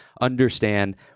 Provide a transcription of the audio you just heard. understand